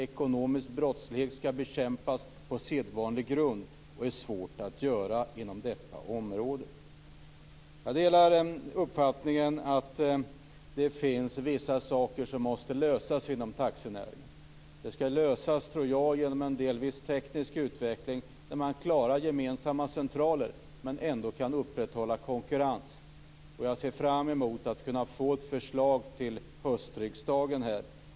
Ekonomisk brottslighet skall bekämpas på sedvanlig grund, och det är svårt att göra inom detta område. Jag delar uppfattningen att det finns vissa saker som måste lösas inom taxinäringen. De skall lösas, tror jag, delvis genom en teknisk utveckling där man klarar gemensamma centraler men ändå kan upprätthålla en konkurrens. Jag ser fram emot att få ett förslag till höstriksdagen.